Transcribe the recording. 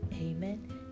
amen